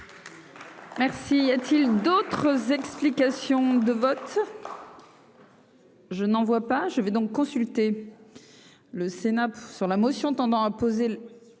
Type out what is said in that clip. Merci, a-t-il d'autres explications de vote. Je n'en vois pas, je vais donc consulter le Sénat sur la motion tendant à poser